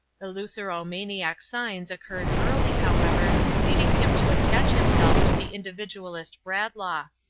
eleutheromaniac signs occurred early, however, leading him to attach himself to the individualist bradlaugh.